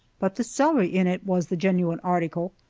but the celery in it was the genuine article,